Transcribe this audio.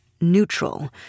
neutral